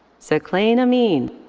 saqlain amin.